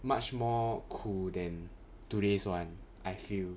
much more cool then today's one I feel